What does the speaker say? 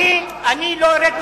זה הדבר הזה?